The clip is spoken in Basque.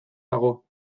dago